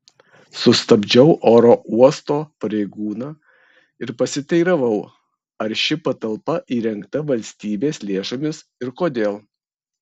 sustabdžiau oro uosto pareigūną ir pasiteiravau ar ši patalpa įrengta valstybės lėšomis ir kodėl